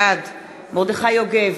בעד מרדכי יוגב,